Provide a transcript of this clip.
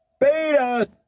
Beta